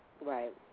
Right